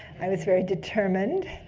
i was very determined.